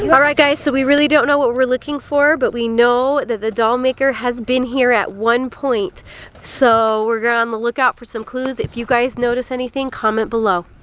alright, guys so we really don't know what we're looking for but we know that the doll maker has been here at one point so we're going on the lookout for some clues. if you guys notice anything, comment below.